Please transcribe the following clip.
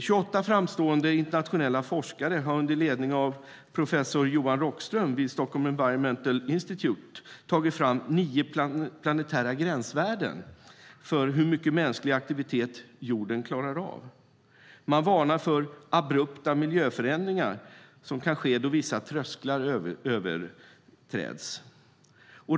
28 framstående internationella forskare har under ledning av professor Johan Rockström vid Stockholm Environmental Institute tagit fram nio planetära gränsvärden för hur mycket mänsklig aktivitet jorden klarar av. Man varnar för att abrupta miljöförändringar kan ske då vissa trösklar överträds.